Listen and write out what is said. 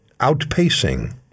outpacing